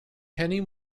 penny